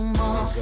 more